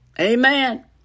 Amen